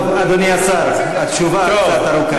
טוב, אדוני השר, התשובה קצת ארוכה.